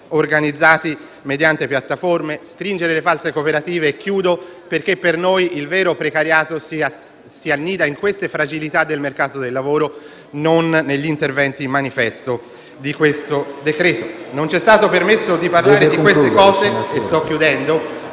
organizzati mediante piattaforme e stringere le false cooperative, perché per noi il vero precariato si annida in queste fragilità del mercato del lavoro, non negli interventi manifesto di questo decreto-legge. Non c'è stato permesso di parlare di queste cose. Continueremo